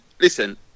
Listen